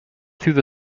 through